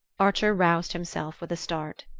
archer roused himself with a start.